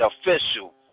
official